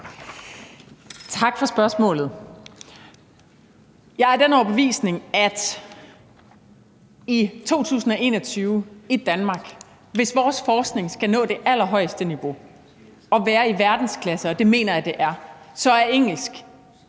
Tak for spørgsmålet. Jeg er af den overbevisning, at i 2021 i Danmark, hvis vores forskning skal nå det allerhøjeste niveau og være i verdensklasse – og det mener jeg den er – så er engelsk